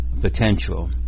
potential